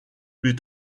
plus